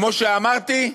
כמו שאמרתי,